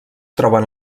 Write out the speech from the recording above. troben